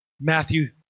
Matthew